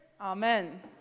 Amen